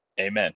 Amen